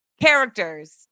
characters